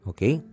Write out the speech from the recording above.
Okay